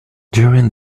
during